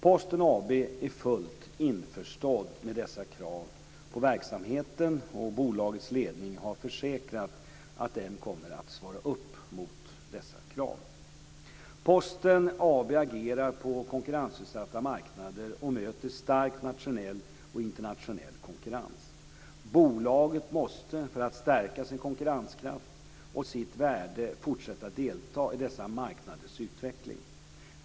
Posten AB är fullt införstådd med dessa krav på verksamheten, och bolagets ledning har försäkrat att den kommer att svara upp mot dessa krav. Posten AB agerar på konkurrensutsatta marknader och möter stark nationell och internationell konkurrens. Bolaget måste för att stärka sin konkurrenskraft och sitt värde fortsätta att delta i dessa marknaders utveckling.